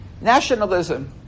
Nationalism